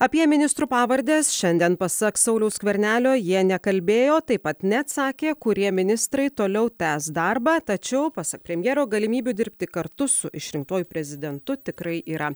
apie ministrų pavardes šiandien pasak sauliaus skvernelio jie nekalbėjo taip pat neatsakė kurie ministrai toliau tęs darbą tačiau pasak premjero galimybių dirbti kartu su išrinktuoju prezidentu tikrai yra